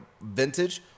vintage